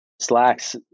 Slacks